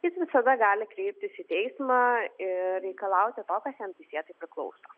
jis visada gali kreiptis į teismą ir reikalauti to kas jam teisėtai priklauso